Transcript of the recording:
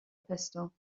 pistol